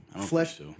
Flesh